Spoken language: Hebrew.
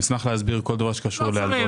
נשמח להסביר כל דבר שקשור להלוואות לעובדי מדינה.